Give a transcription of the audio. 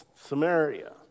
Samaria